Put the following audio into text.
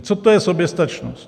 Co to je soběstačnost?